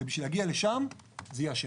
ובשביל להגיע לשם זה יהיה השמש.